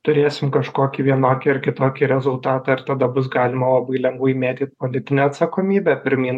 turėsim kažkokį vienokį ar kitokį rezultatą ir tada bus galima labai lengvai mėtyt politinę atsakomybę pirmyn